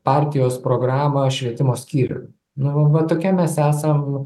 partijos programą švietimo skyrių nu va va tuokie mes esam